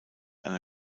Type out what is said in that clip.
eine